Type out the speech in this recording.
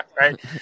right